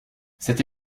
cette